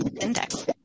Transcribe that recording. Index